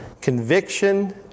conviction